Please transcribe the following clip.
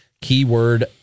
keyword